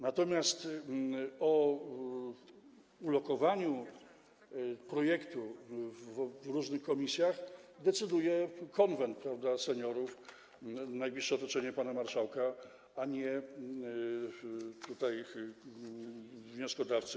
Natomiast o ulokowaniu projektu w różnych komisjach decyduje Konwent Seniorów, najbliższe otoczenie pana marszałka, a nie wnioskodawcy.